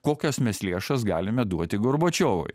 kokias mes lėšas galime duoti gorbačiovui